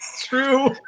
true